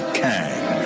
kang